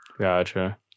gotcha